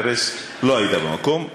לא הייתה במקום,